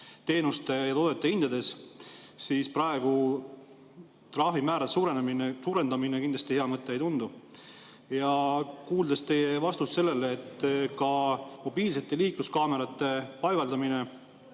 teenuste ja toodete hindades, siis praegu trahvimäära suurendamine kindlasti hea mõte ei tundu. Kuuldes teie vastust sellele, et ka mobiilsete liikluskaamerate paigaldamine